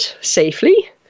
safely